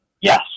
Yes